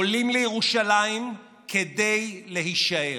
עולים לירושלים כדי להישאר.